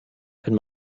wenn